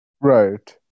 Right